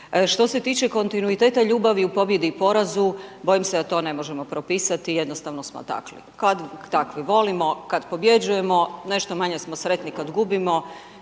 Što se tiče kontinuiteta ljubavi u pobjedi i porazu bojim se da to ne možemo propisati, jednostavno smo takvi. Kad .../Govornik se ne razumije./... volimo kad pobjeđujemo, nešto manje smo sretni kad gubimo